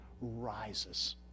rises